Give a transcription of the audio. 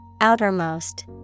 Outermost